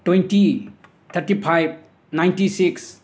twenty thirty five ninety six